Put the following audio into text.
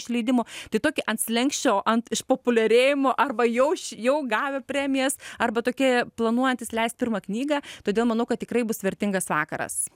išleidimo tai tokį ant slenksčio ant išpopuliarėjimo arba jau jau gavę premijas arba tokie planuojantys leist pirmą knygą todėl manau kad tikrai bus vertingas vakaras